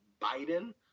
Biden